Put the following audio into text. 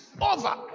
over